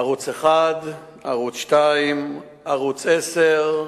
ערוץ-1, ערוץ-2, ערוץ-10,